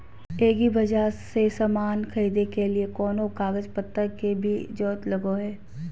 एग्रीबाजार से समान खरीदे के लिए कोनो कागज पतर के भी जरूरत लगो है?